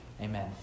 Amen